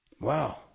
Wow